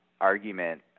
argument